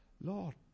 Lord